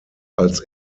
als